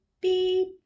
beep